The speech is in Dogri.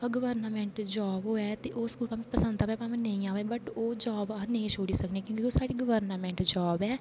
गवर्नामेंट जाॅव होऐ ते ओह् पसंद अवे जा नेईं अवे बट ओह् जाॅव अस नेई छोड़ी सकने क्योंकि ओह् साढ़ी गवर्नामेंट जाॅव